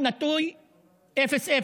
1452/00,